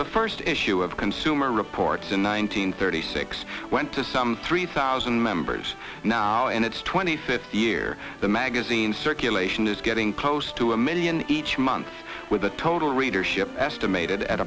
the first issue of consumer reports in one nine hundred thirty six went to some three thousand members now in its twenty fifth year the magazine circulation is getting close to a million each month with a total readership estimated at